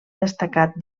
destacat